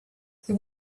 there